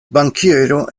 bankiero